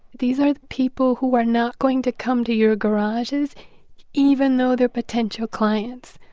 these are people who are not going to come to your garages even though they're potential clients.